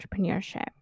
entrepreneurship